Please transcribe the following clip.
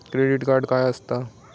Credit card काय असता?